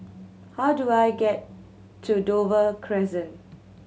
how do I get to Dover Crescent